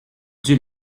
dut